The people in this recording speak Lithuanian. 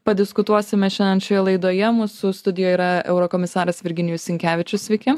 padiskutuosime šiandien šioje laidoje mūsų studijoj yra eurokomisaras virginijus sinkevičius sveiki